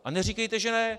A neříkejte, že ne!